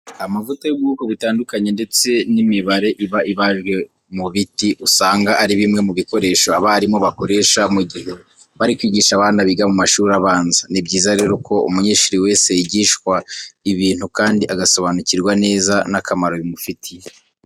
Amavuta y'ubwoko butandukanye ndetse n'imibare iba ibajwe mu biti usanga ari bimwe mu bikoresho abarimu bakoresha mu gihe bari kwigisha abana biga mu mashuri abanza. Ni byiza rero ko umunyeshuri wese yigishwa ibintu kandi agasobanurirwa neza n'akamaro bimufitiye.